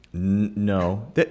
No